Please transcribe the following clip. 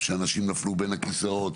שאנשים נפלו בין הכיסאות,